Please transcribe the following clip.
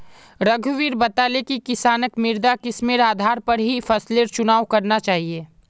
रघुवीर बताले कि किसानक मृदा किस्मेर आधार पर ही फसलेर चुनाव करना चाहिए